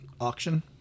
auction